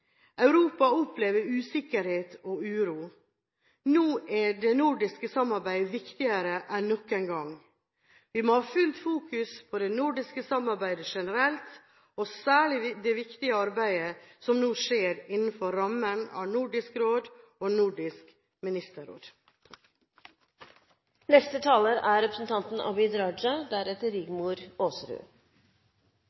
Europa opplever usikkerhet og uro. Nå er det nordiske samarbeidet viktigere enn noen gang. Vi må ha fullt fokus på det nordiske samarbeidet generelt og særlig på det viktige arbeidet som nå skjer innenfor rammen av Nordisk Råd og Nordisk Ministerråd. Nordisk samarbeid er